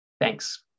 Thanks